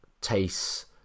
tastes